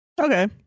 Okay